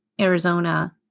arizona